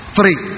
Three